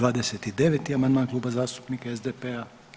29. amandman Kluba zastupnika SDP-a.